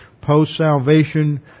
post-salvation